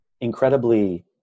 incredibly